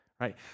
right